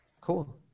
Cool